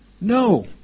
no